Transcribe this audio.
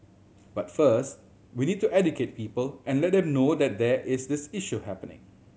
but first we need to educate people and let them know that there is this issue happening